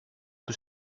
του